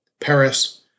Paris